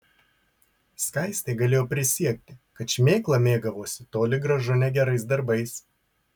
skaistė galėjo prisiekti kad šmėkla mėgavosi toli gražu ne gerais darbais